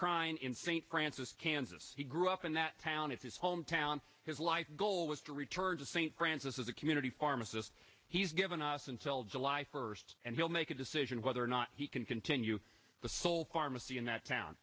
crying in st francis kansas he grew up in that town in his hometown his life goal was to return to st francis of the community pharmacist he's given us until july first and he'll make a decision whether or not he can continue the sole pharmacy in that town